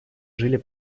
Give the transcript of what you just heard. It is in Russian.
жили